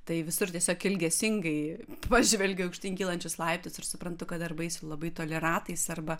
tai visur tiesiog ilgesingai pažvelgiu į aukštyn kylančius laiptus ir suprantu kad arba eisiu labai toli ratais arba